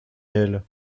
elles